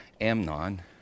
Amnon